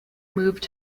moved